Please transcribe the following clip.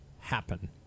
happen